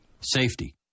Safety